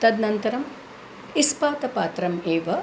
तदनन्तरं इस्पातपात्रम् एव